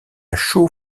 chaux